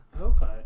Okay